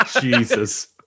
Jesus